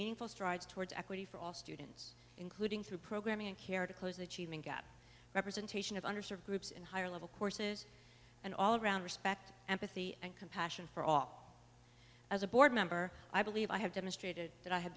meaningful strides towards equity for all students including through programming and care to close achievement gap representation of under served groups and higher level courses and all around respect empathy and compassion for all as a board member i believe i have demonstrated that i ha